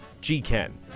G-Ken